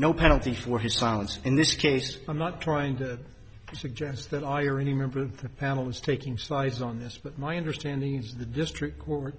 no penalty for his silence in this case i'm not trying to suggest that i or any member of the panel is taking sides on this but my understanding is the district court